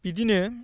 बिदिनो